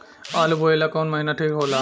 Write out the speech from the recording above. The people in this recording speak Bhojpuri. आलू बोए ला कवन महीना ठीक हो ला?